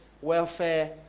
welfare